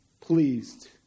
pleased